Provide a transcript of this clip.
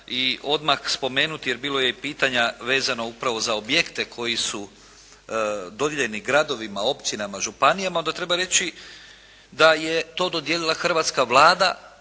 i odmah spomenuti, jer bilo je pitanja vezano upravo za objekte koji su dodijeljeni gradovima, općinama, županijama onda treba reći da je to dodijelila hrvatska Vlada,